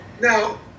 now